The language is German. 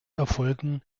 erfolgen